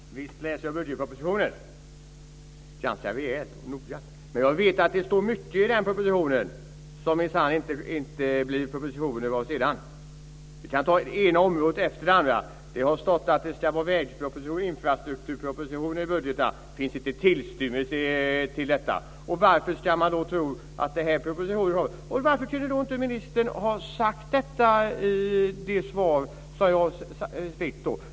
Fru talman! Visst läser jag budgetpropositionen, och det ganska rejält och noga. Men jag vet att det står mycket i den propositionen som det minsann inte blir propositioner av sedan. Jag kan ta det ena området efter det andra. Det har stått i budgeten att det ska komma en vägproposition och en infrastrukturproposition. Det finns inte tillstymmelse till detta. Varför ska man då tro att den här propositionen kommer? Varför kunde inte ministern ha sagt detta i det svar som jag fick?